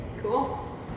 cool